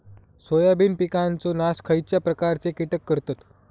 Soybean पिकांचो नाश खयच्या प्रकारचे कीटक करतत?